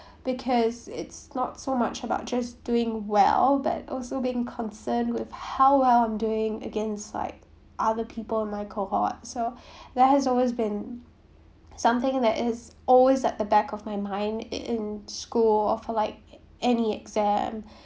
because it's not so much about just doing well but also being concerned with how well I'm doing against like other people my cohort so there has always been something that is always at the back of my mind in school of like any exam